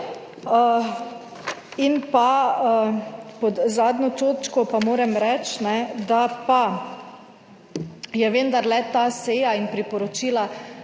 nič. Pod zadnjo točko pa moram reči, da pa je vendarle ta seja in priporočila